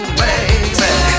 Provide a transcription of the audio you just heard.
baby